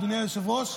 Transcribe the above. אדוני היושב-ראש,